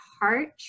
heart